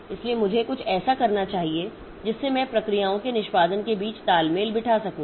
इसलिए मुझे कुछ ऐसा करना चाहिए जिससे मैं प्रक्रियाओं के निष्पादन के बीच तालमेल बिठा सकूं